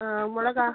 on மிளகா